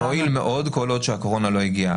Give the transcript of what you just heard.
מועיל מאוד כל עוד שהקורונה לא הגיעה.